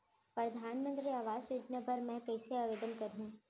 परधानमंतरी आवास योजना बर मैं कइसे आवेदन करहूँ?